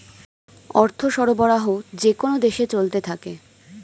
অর্থ সরবরাহ যেকোন দেশে চলতে থাকে